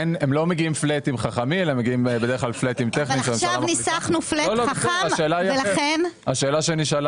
המטרה להביא מנגנון שבסוף הכנסת תוכל להידרש